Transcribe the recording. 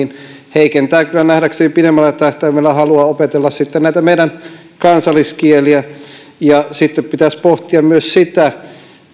heikentää kyllä nähdäkseni pidemmällä tähtäimellä halua opetella näitä meidän kansalliskieliä ja sitten pitäisi pohtia myös sitä